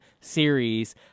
series